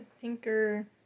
thinker